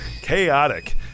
chaotic